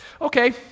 okay